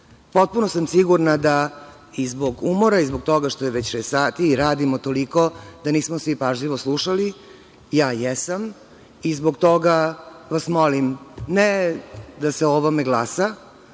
replici. Potpuno sam sigurna da i zbog umora i zbog toga što je već šest sati i radimo toliko da nismo svi pažljivo slušali. Ja jesam i zbog toga vas molim, ne da se o ovome glasa